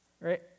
right